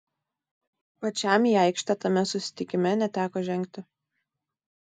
pačiam į aikštę tame susitikime neteko žengti